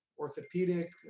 Orthopedic